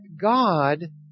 God